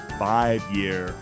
five-year